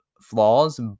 flaws